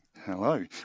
Hello